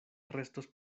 restos